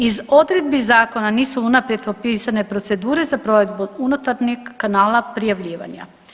Iz odredbi zakona nisu unaprijed propisane procedure za provedbu unutarnjeg kanala prijavljivanja.